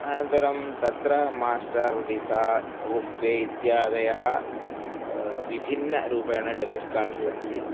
अनन्तरं तत्र Master Visa RuPay इत्यादयः विभिन्नरूपेण डेबिट् कार्ड् सन्ति